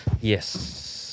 Yes